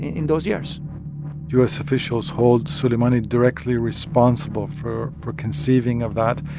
in those years u s. officials hold soleimani directly responsible for for conceiving of that.